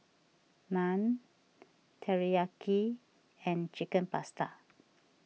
Naan Teriyaki and Chicken Pasta